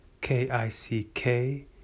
K-I-C-K